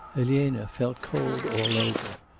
elena felt cold all over.